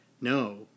no